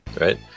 right